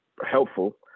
helpful